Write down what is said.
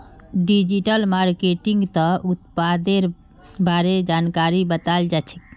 digital मार्केटिंगत उत्पादेर बारे जानकारी बताल जाछेक